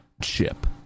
chip